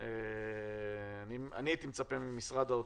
אני חושב שזאת התמונה הכי טובה.